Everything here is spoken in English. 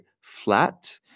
flat